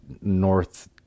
north